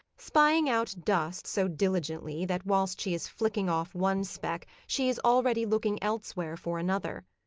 spying out dust so diligently that whilst she is flicking off one speck she is already looking elsewhere for another.